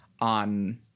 on